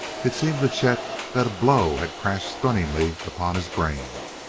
it seemed to chet that a blow had crashed stunningly upon his brain.